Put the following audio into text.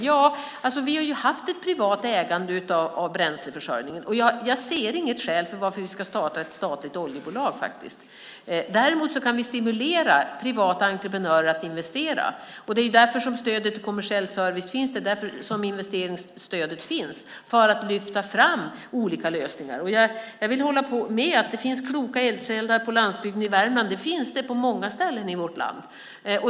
Ja, vi har ju haft ett privat ägande av bränsleförsörjningen, och jag ser faktiskt inga skäl till att vi ska starta ett statligt oljebolag. Däremot kan vi stimulera privata entreprenörer att investera. Det är därför stödet till kommersiell service och investeringsstödet finns, för att lyfta fram olika lösningar. Jag vill hålla med om att det finns kloka eldsjälar på landsbygden i Värmland. Det finns det på många ställen i vårt land.